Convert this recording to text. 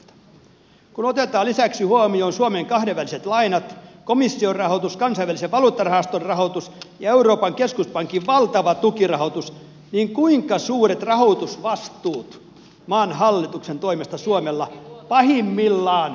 kun otetaan lisäksi huomioon suomen kahdenväliset lainat komission rahoitus kansainvälisen valuuttarahaston rahoitus ja euroopan keskuspankin valtava tukirahoitus niin kuinka suuret rahoitusvastuut maan hallituksen toimesta suomella pahimmillaan on